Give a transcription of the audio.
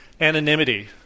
anonymity